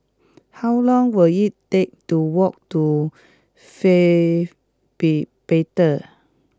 how long will it take to walk to Faith be Bible